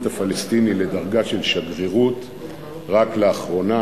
הפלסטינית לדרגה של שגרירות רק לאחרונה,